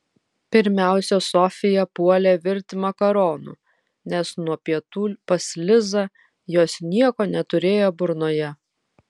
pirmiausia sofija puolė virti makaronų nes nuo pietų pas lizą jos nieko neturėjo burnoje